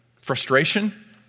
frustration